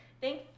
Thanks